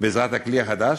בעזרת הכלי החדש.